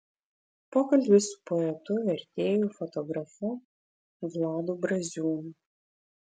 pokalbis su poetu vertėju fotografu vladu braziūnu